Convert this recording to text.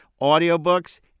audiobooks